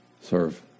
Serve